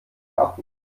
garten